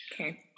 Okay